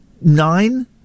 nine